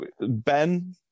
Ben